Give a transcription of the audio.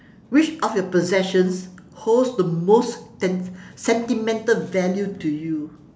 which of your possessions holds the most ten~ sentimental value to you